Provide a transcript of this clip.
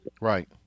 Right